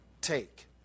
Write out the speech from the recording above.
Take